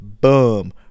Boom